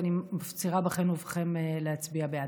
ואני מפצירה בכם ובכן להצביע בעד.